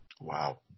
Wow